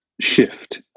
shift